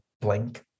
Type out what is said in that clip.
blank